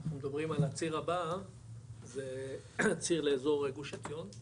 אם מדברים על הציר הבא זה ציר לאזור גוש עציון,